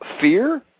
fear